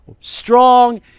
strong